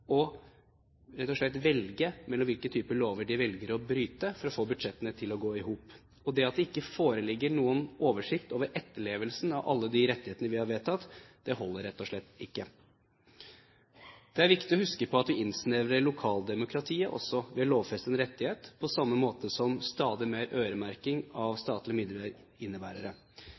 og rett og slett velge mellom hvilke typer lover de må bryte for å få budsjettene til å gå i hop. Og det at det ikke foreligger noen oversikt over etterlevelsen av alle de rettighetene vi har vedtatt, holder rett og slett ikke. Det er viktig å huske på at vi innsnevrer lokaldemokratiet ved å lovfeste en rettighet, på samme måte som stadig mer øremerking av statlige